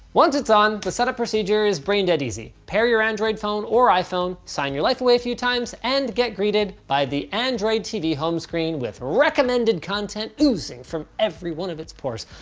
once it's on the setup procedure is brain dead easy. pair your android phone or iphone, sign your life away a few times and get greeted by the android tv home screen with recommended content oozing from every one of its pores.